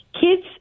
kids